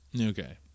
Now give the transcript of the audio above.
Okay